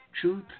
truth